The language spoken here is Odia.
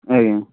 ଆଜ୍ଞା